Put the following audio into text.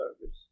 service